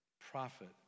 Prophet